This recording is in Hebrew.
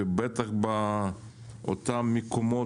אז עושים נת"צ וכו'.